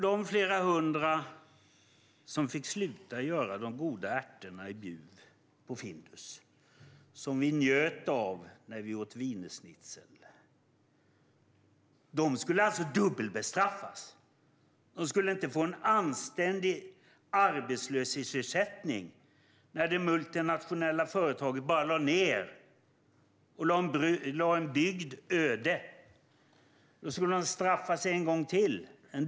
De flera hundra som fick sluta producera de goda ärtorna på Findus i Bjuv, som vi njöt av när vi åt wienerschnitzel, skulle alltså dubbelbestraffas. De skulle inte få en anständig arbetslöshetsersättning när det multinationella företaget bara lade ned och lade en bygd öde. Då skulle de straffas en gång till.